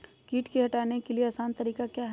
किट की हटाने के ली आसान तरीका क्या है?